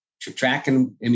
tracking